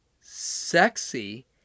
sexy